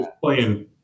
playing